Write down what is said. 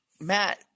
Matt